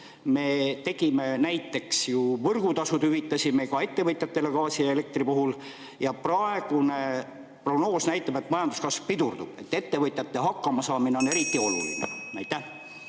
me näiteks võrgutasud hüvitasime ka ettevõtjatele gaasi ja elektri puhul, ja praegune prognoos näitab, et majanduskasv pidurdub. Ettevõtjate hakkama saamine on eriti oluline. Aitäh!